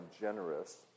generous